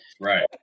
Right